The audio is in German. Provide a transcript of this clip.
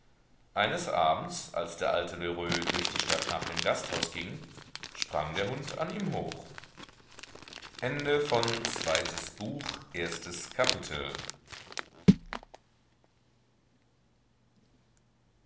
eines abends als der alte lheureux durch die stadt nach dem gasthaus ging sprang der hund an ihm hoch zweites kapitel